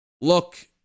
look